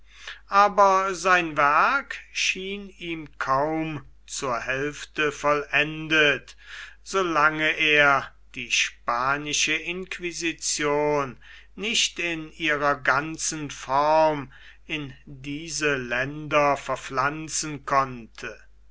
aber sein werk schien ihm kaum zur hälfte vollendet so lange er die spanische inquisition nicht in ihrer ganzen form in diese länder verpflanzen konnte